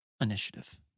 initiative